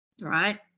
right